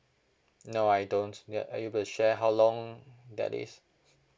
no I don't you are you able to share how long that is